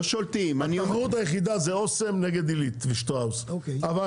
התחרות היחידה זה אוסם נגד עילית ושטראוס ,אבל